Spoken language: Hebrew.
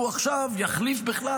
שהוא עכשיו יחליף בכלל,